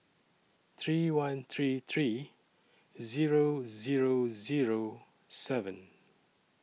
three one three three Zero Zero Zero seven